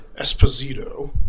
Esposito